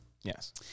Yes